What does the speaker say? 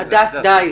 הדס, די.